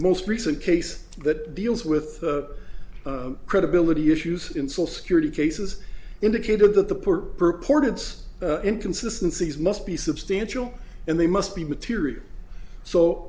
most recent case that deals with credibility issues insole security cases indicated that the poor purported inconsistency is must be substantial and they must be material so